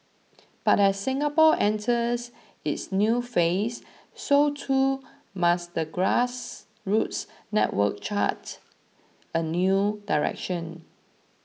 but as Singapore enters its new phase so too must the grassroots network chart a new direction